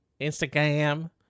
Instagram